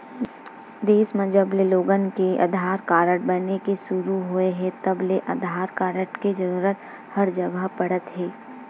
देस म जबले लोगन के आधार कारड बने के सुरू होए हे तब ले आधार के जरूरत हर जघा पड़त हे